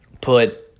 put